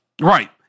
Right